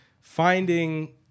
finding